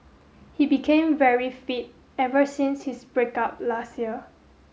he became very fit ever since his break up last year